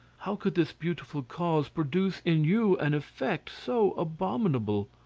how could this beautiful cause produce in you an effect so abominable?